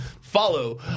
Follow